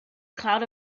cloud